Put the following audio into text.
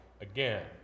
again